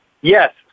Yes